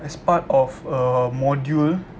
as part of a module